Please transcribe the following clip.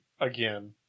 Again